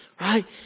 right